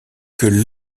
que